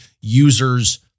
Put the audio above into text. users